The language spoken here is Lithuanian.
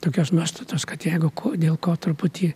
tokios nuostatos kad jeigu ko dėl ko truputį